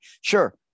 Sure